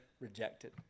Rejected